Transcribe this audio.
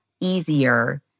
easier